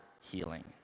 healing